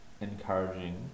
encouraging